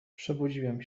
przebudziłem